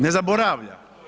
Ne zaboravlja.